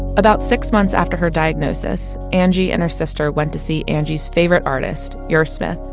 about six months after her diagnosis, angie and her sister went to see angie's favorite artist, your smith,